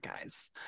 guys